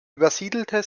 übersiedelte